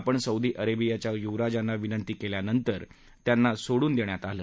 आपण सौदी अरेबियाच्या युवराजांना विनंती केल्यानंतर त्यांना सोडून देण्यात आलं